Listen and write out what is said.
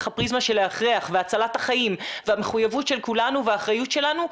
הפריזמה של ההכרח והצלת החיים והמחויבות של כולנו והאחריות שלנו,